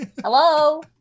Hello